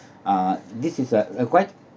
uh this is a a quite